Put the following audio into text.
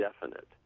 definite